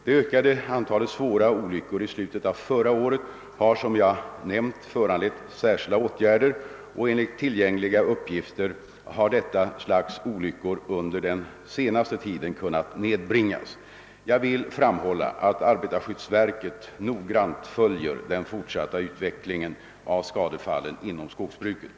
Det ökade antalet svåra olyckor i slutet av förra året har, som jag nämnt, föranlett särskilda åtgärder, och enligt tillgängliga uppgifter har detta slags olyckor un der den senaste tiden kunnat nedbringas. Jag vill framhålla att arbetarskyddsverket noggrant följer den fortsatta utvecklingen av skadefallen inom skogsbruket.